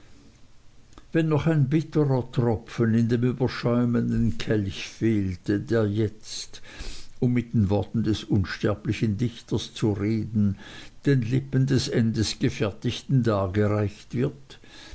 wenn noch ein bitterer tropfen in dem überschäumenden kelch fehlte der jetzt um mit den worten des unsterblichen dichters zu reden den lippen des endesgefertigten dargereicht wird